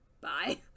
bye